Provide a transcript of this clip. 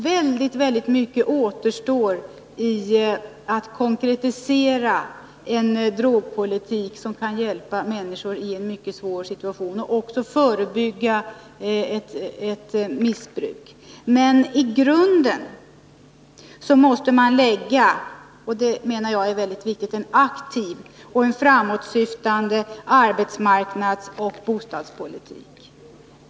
Väldigt mycket återstår när det gäller att konkretisera en drogpolitik som kan hjälpa människor i en mycket svår situation och också förebygga ett missbruk. Men i grunden måste man lägga, och det menar jag är väldigt viktigt, en aktiv och framåtsyftande arbetsmarknadsoch bostadspolitik.